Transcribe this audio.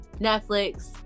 Netflix